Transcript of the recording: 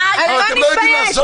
אבל אתם לא יודעים לעשות את זה אפילו.